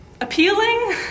appealing